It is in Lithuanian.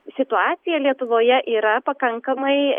situacija lietuvoje yra pakankamai